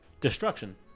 destruction